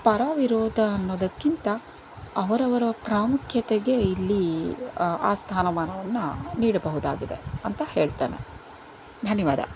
ಪರ ವಿರೋಧ ಅನ್ನೋದಕ್ಕಿಂತ ಅವರವರ ಪ್ರಾಮುಖ್ಯತೆಗೆ ಇಲ್ಲಿ ಆ ಸ್ಥಾನಮಾನವನ್ನು ನೀಡಬಹುದಾಗಿದೆ ಅಂತ ಹೇಳ್ತೇನೆ ಧನ್ಯವಾದ